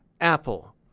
Apple